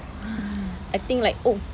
I think like oh